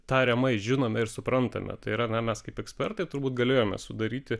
tariamai žinome ir suprantame tai yra na mes kaip ekspertai turbūt galėjome sudaryti